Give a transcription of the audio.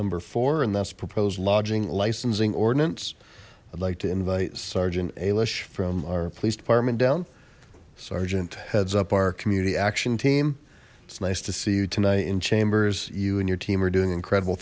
number four and that's proposed lodging licensing ordinance i'd like to invite sergeant ailish from our police department down sergeant heads up our community action team it's nice to see you tonight in chambers you and your team are doing incredible